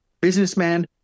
businessman